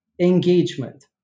engagement